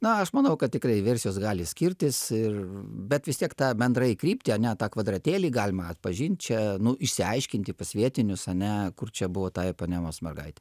na aš manau kad tikrai versijos gali skirtis ir bet vis tiek tą bendrąją kryptį ane tą kvadratėlį galima atpažint čia nu išsiaiškinti pas vietinius ane kur čia buvo ta ipanemos mergaitė